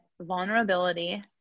vulnerability